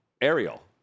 Ariel